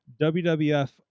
WWF